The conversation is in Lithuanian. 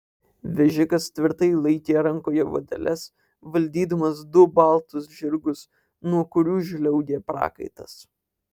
vežikas tvirtai laikė rankoje vadeles valdydamas du baltus žirgus nuo kurių žliaugė prakaitas